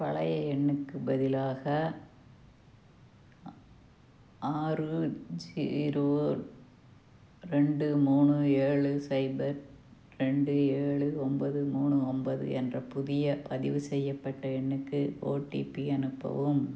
பழைய எண்ணுக்குப் பதிலாக ஆறு ஜீரோ ரெண்டு மூணு ஏழு சைபர் ரெண்டு ஏழு ஒன்பது மூணு ஒன்பது என்ற புதிய பதிவுசெய்யப்பட்ட எண்ணுக்கு ஓடிபி அனுப்பவும்